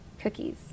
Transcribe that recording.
cookies